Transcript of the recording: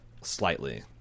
slightly